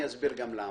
ואבהיר למה.